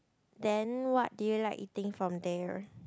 then what do you like eating from there